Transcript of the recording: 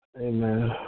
Amen